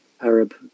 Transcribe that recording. Arab